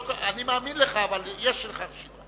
מאמין לך, יש לך רשימה.